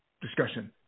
discussion